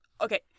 Okay